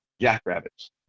jackrabbits